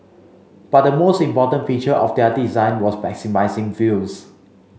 but the most important feature of their design was maximising views